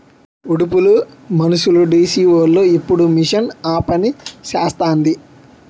ఉడుపులు మనుసులుడీసీవోలు ఇప్పుడు మిషన్ ఆపనిసేస్తాంది